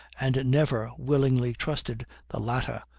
and never willingly trusted the latter,